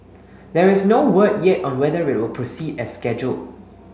there is no word yet on whether it will proceed as scheduled